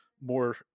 more